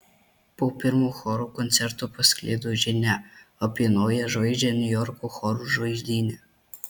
po pirmo choro koncerto pasklido žinia apie naują žvaigždę niujorko chorų žvaigždyne